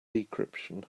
decryption